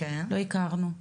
לא הכרנו.